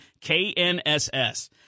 KNSS